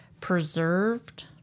preserved